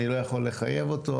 אני לא יכול לחייב אותו,